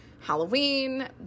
halloween